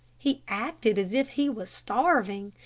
he acted as if he was starving,